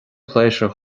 pléisiúir